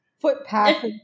footpath